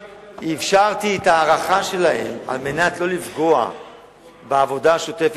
את ההארכה להם, על מנת לא לפגוע בעבודה השוטפת.